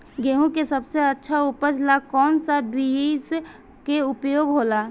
गेहूँ के सबसे अच्छा उपज ला कौन सा बिज के उपयोग होला?